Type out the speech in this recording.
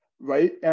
right